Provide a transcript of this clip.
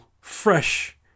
fresh